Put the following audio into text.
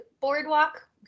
Boardwalk